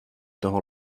toho